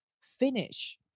finish